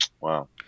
Wow